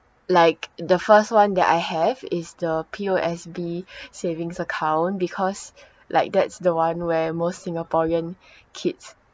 like the first one that I have is the P_O_S_B savings account because like that's the one where most singaporean kids